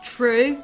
True